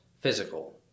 physical